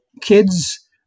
kids